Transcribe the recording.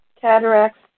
cataracts